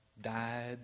died